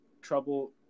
trouble